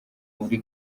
muri